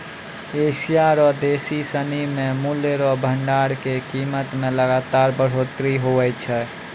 Asia रो देश सिनी मे मूल्य रो भंडार के कीमत मे लगातार बढ़ोतरी हुवै छै